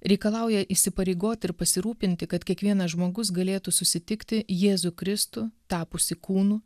reikalauja įsipareigoti ir pasirūpinti kad kiekvienas žmogus galėtų susitikti jėzų kristų tapusį kūnu